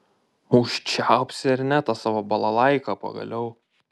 užčiaupsi ar ne tą savo balalaiką pagaliau